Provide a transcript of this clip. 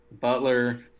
Butler